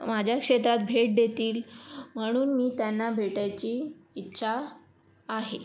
माझ्या क्षेत्रात भेट देतील म्हणून मी त्यांना भेटायची इच्छा आहे